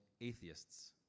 atheists